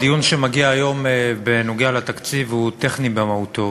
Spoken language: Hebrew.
הדיון שמגיע היום בנוגע לתקציב הוא טכני במהותו.